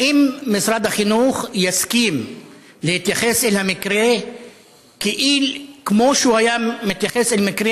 האם משרד החינוך יסכים להתייחס אל המקרה כמו שהוא היה מתייחס אל מקרה